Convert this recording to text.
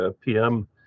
pm